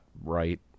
right